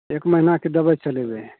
एक महिनाके दवाइ चलेबै